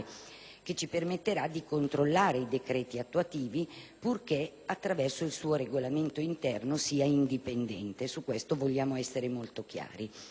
che ci permetterà di controllare i decreti attuativi, purché attraverso il suo Regolamento interno essa sia indipendente: sul punto vogliamo essere molto chiari!